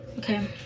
Okay